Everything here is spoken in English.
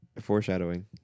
foreshadowing